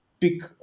pick